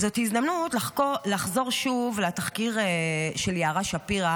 זו הזדמנות לחזור שוב לתחקיר של יערה שפירא